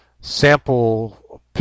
sample